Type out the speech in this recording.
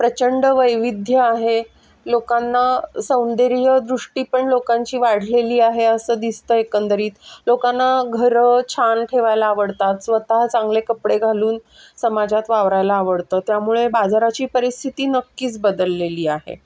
प्रचंड वैविध्य आहे लोकांना सौंदर्य दृष्टी पण लोकांची वाढलेली आहे असं दिसतं एकंदरीत लोकांना घरं छान ठेवायला आवडतात स्वतः चांगले कपडे घालून समाजात वावरायला आवडतं त्यामुळे बाजाराची परिस्थिती नक्कीच बदललेली आहे